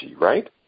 right